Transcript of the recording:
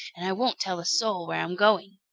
and i won't tell a soul where i am going.